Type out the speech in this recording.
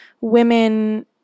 women